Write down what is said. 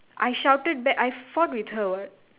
I shouted back I fought with her what